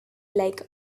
like